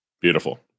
Beautiful